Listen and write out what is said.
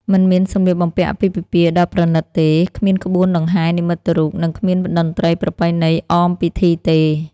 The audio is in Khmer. មិនមានសម្លៀកបំពាក់អាពាហ៍ពិពាហ៍ដ៏ប្រណិតទេ គ្មានក្បួនដង្ហែនិមិត្តរូប និងគ្មានតន្ត្រីប្រពៃណីអមពិធីទេ។